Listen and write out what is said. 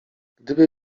gdyby